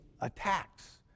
attacks